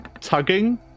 tugging